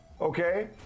okay